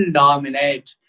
dominate